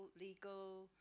legal